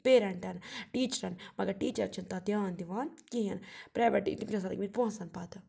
پیرنٛٹَن ٹیٖچرَن مگر ٹیٖچَر چھِنہٕ تَتھ دھیان دِوان کِہیٖنۍ پرٛایویٹٕے تِم چھِ آسان لٔگۍ مٕتۍ پونٛسَن پَتہٕ